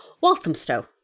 Walthamstow